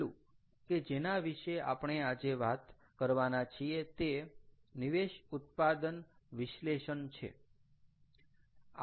છેલ્લું કે જેના વિશે આપણે આજે વાત કરવાના છીએ તે નિવેશ ઉત્પાદન વિશ્લેષણ છે